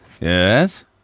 yes